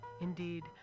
Indeed